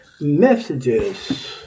messages